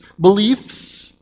beliefs